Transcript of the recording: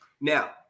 Now